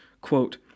quote